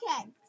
okay